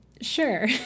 sure